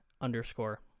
underscore